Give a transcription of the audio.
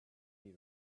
hear